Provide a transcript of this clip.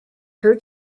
her